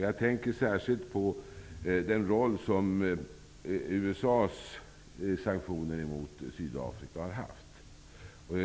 Jag tänker särskilt på den roll som USA:s sanktioner har spelat.